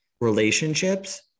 relationships